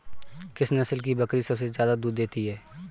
किस नस्ल की बकरी सबसे ज्यादा दूध देती है?